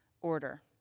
order